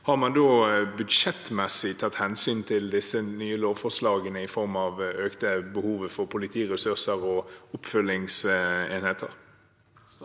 Har man da budsjettmessig tatt hensyn til disse nye lovforslagene i form av økt behov for politiressurser og oppfølgingsenheter?